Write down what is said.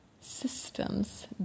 systems